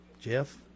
Jeff